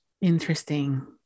Interesting